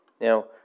Now